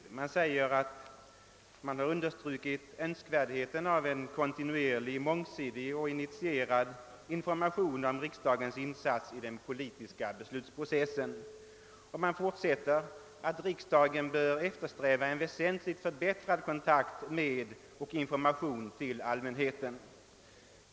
Utskottet framhåller att det tidigare understrukit önskvärdheten av en kontinuerlig, mångsidig och initierad information om riksdagens insats i den politiska beslutsprocessen. Utskottet skriver vidare att riksdagen bör eftersträva en väsentligt förbättrad kontakt med och information till allmänheten.